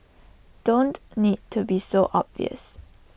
don't need to be so obvious